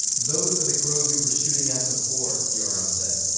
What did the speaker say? those are the crows we were shooting at before! yoram said.